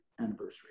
anniversary